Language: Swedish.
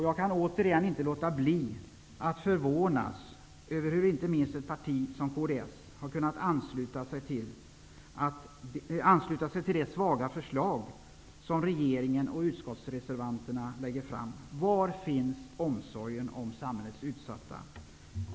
Jag kan återigen inte låta bli att förvånas över hur inte minst ett parti som kds har kunnat ansluta sig till de svaga förslag som regeringen och reservanterna i utskottet lägger fram. Var finns omsorgen om samhällets utsatta?